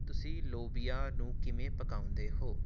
ਤੁਸੀਂ ਲੋਬੀਆ ਨੂੰ ਕਿਵੇਂ ਪਕਾਉਂਦੇ ਹੋ